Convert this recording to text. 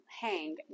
hang